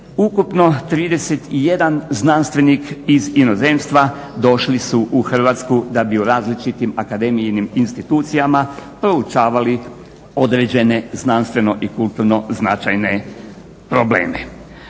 ukupno 31 znanstvenik iz inozemstva došli su u Hrvatsku da bi u različitim akademijinim institucijama proučavali određene znanstveno i kulturno značajne probleme.